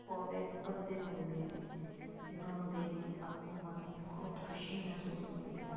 ਪੌਦੇ ਵੱਧਦੇ ਫੁੱਲਦੇ ਨੇ ਜਿਨ੍ਹਾਂ ਨੂੰ ਦੇਖ ਕੇ ਆਪਣੇ ਮਨ ਨੂੰ ਬਹੁਤ ਖੁਸ਼ੀ ਮਹਿਸੂਸ ਹੁੰਦੀ ਹੈ